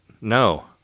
no